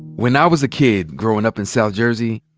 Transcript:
when i was kid growin' up and south jersey,